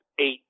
eight